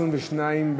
22,